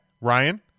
ryan